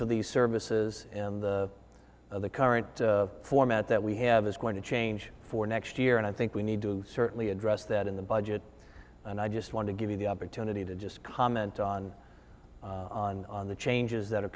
for these services and the current format that we have is going to change for next year and i think we need to certainly address that in the budget and i just want to give you the opportunity to just comment on on on the changes that are